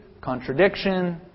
contradiction